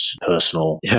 personal